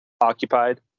occupied